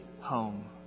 home